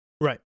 Right